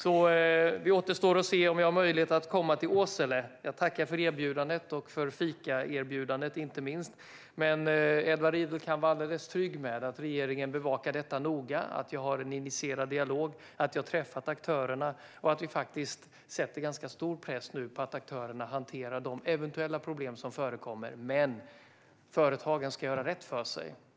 Det återstår att se om jag har möjlighet att komma till Åsele. Jag tackar för erbjudandet, inte minst fikaerbjudandet. Men Edward Riedl kan vara alldeles trygg med att regeringen bevakar detta noga, att jag har en initierad dialog, att jag har träffat aktörerna och att vi nu sätter ganska stor press på aktörerna att hantera de eventuella problem som förekommer. Men företagen ska göra rätt för sig.